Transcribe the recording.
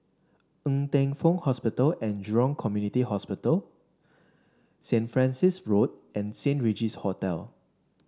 Ng Teng Fong Hospital and Jurong Community Hospital Saint Francis Road and Saint Regis Hotel